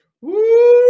Woo